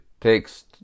takes